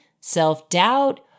self-doubt